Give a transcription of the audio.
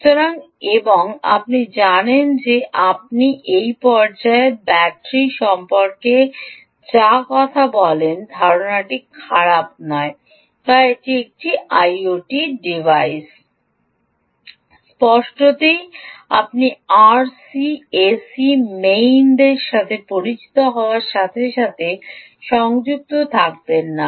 সুতরাং আপনি জানেন যে এই পর্যায়ে ব্যাটারি সম্পর্কে কথা বলাই খারাপ ধারণা নয় কারণ একটি আইওটি ডিভাইস স্পষ্টতই আপনি আর এসি মেইনদের সাথে পরিচিত হওয়ার সাথে সংযুক্ত থাকবেন না